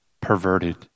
perverted